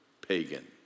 pagan